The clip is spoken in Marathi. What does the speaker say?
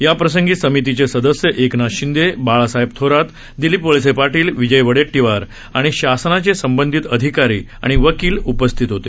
याप्रसंगी समितीचे सदस्य एकनाथ शिंदे बाळासाहेब थोरात दिलीप वळसे पाटील विजय वडेट्टीवार आणि शासनाचे संबंधित अधिकारी आणि वकील उपस्थित होते